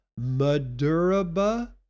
Maduraba